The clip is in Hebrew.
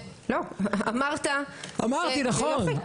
אמרתי, נכון.